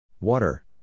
water